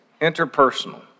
interpersonal